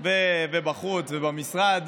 ומייד קפץ לימינה,